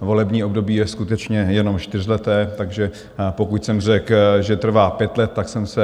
Volební období je skutečně jenom čtyřleté, takže pokud jsem řekl, že trvá pět let, tak jsem se přeřekl.